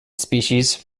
species